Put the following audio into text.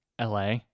LA